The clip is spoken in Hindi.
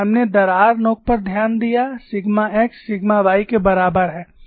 हमने दरार नोक पर ध्यान दिया सिग्मा x सिग्मा y के बराबर है